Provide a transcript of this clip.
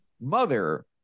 mother